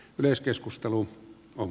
myös keskustelu on